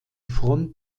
front